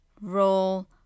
roll